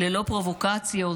ללא פרובוקציות,